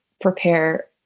prepare